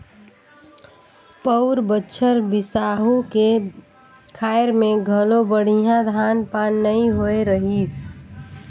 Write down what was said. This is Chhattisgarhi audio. पउर बछर बिसाहू के खायर में घलो बड़िहा धान पान नइ होए रहीस